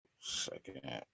Second